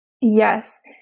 yes